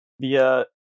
via